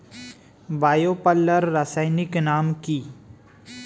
Bio পাল্লার রাসায়নিক নাম কি?